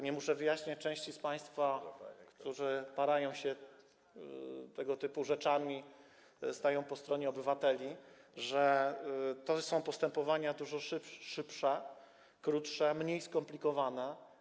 Nie muszę wyjaśniać części z państwa, która para się tego typu rzeczami, staje po stronie obywateli, że są to postępowania dużo szybsze, krótsze, mniej skomplikowane.